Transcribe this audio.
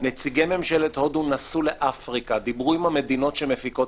נציגי ממשלת הודו נסעו לאפריקה ודיברו עם המדינות שמפיקות